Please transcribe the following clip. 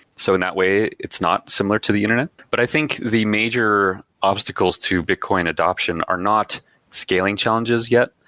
so in that way it's not similar to the internet, but i think the major obstacles to bitcoin adoption are not scaling challenges yet.